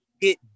get